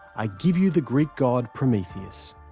i give you the greek god prometheus.